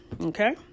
Okay